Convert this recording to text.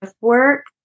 work